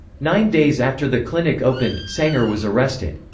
nine days after the clinic opened, sanger was arrested.